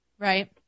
Right